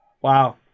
Wow